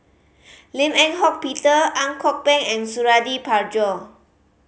Lim Eng Hock Peter Ang Kok Peng and Suradi Parjo